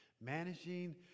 managing